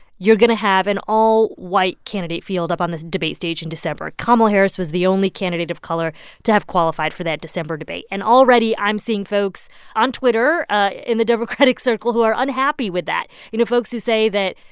you're going to have an all-white candidate field up on this debate stage in december. kamala harris was the only candidate of color to have qualified for that december debate. and already, i'm seeing folks on twitter ah in the democratic circle who are unhappy with that you know, folks who say that,